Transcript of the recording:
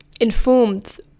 informed